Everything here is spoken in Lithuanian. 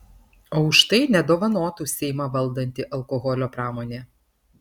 o už tai nedovanotų seimą valdanti alkoholio pramonė